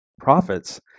profits